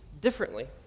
differently